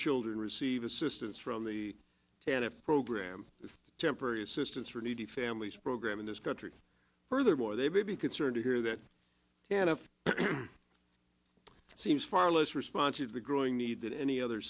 children receive assistance from the can a program of temporary assistance for needy families program in this country furthermore they be concerned here that seems far less responsive the growing need than any other